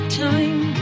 time